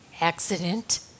accident